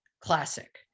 classic